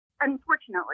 Unfortunately